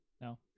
No